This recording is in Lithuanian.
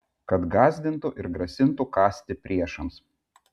kad gąsdintų ir grasintų kąsti priešams